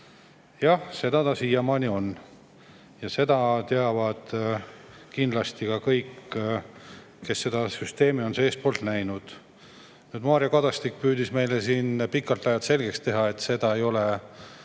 Jah, seda ta siiamaani on olnud. Seda teavad kindlasti kõik, kes seda süsteemi on seestpoolt näinud. Mario Kadastik püüdis meile siin pikalt-laialt selgeks teha, et seda on